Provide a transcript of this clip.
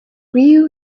ryu